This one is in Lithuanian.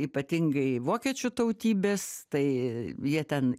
ypatingai vokiečių tautybės tai jie ten